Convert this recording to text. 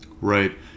Right